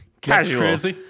casual